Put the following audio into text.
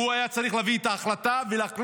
והוא היה צריך להביא את ההחלטה ולהחליט